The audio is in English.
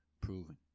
Proven